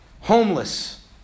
Homeless